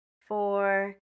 four